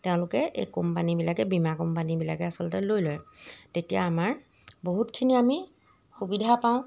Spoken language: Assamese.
তেওঁলোকে এই কোম্পানীবিলাকে বীমা কোম্পানীবিলাকে আচলতে লৈ লয় তেতিয়া আমাৰ বহুতখিনি আমি সুবিধা পাওঁ